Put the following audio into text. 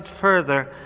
further